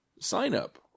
sign-up